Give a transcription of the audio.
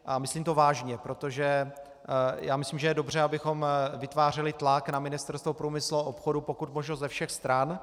A myslím to vážně, protože myslím, že je dobře, abychom vytvářeli tlak na Ministerstvo průmyslu a obchodu pokud možno ze všech stran.